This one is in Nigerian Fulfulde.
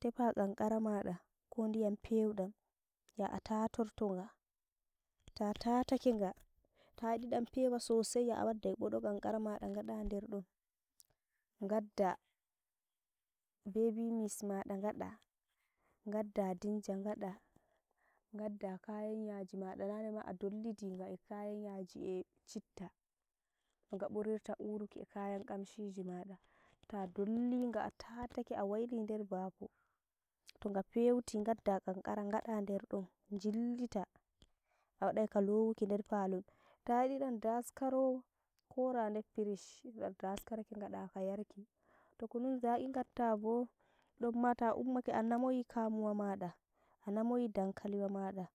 tefa kankara maɗa, ko ndiyam pew dam, ya a taatortoga, ta taatakega, tayidi dam hewa sosai ya a waɗɗai boɗo kankara mada ngada nder don, ngaɗɗa baby mix ma nda gaɗɗa, gaɗɗa ngaɗɗa kayan yaji maɗa nanema a dollidiga e kayan yaji, e chitta, noga burirta uruku e kayan kamshiji maɗa. Ta dolliga a taatake a waili nder bafo, toga pewti ngaɗɗa kankara gaɗa nderdon, jillita, yo a waɗai kalowuki nder polon, tayidi ɗum daskaro kora der pirish n- daskarake ngaɗa ka yariki, to kunu zaki ngatta bo domma ta ummake a namoyi kamuwa maa, a namoyi danakali wa maɗa.